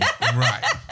right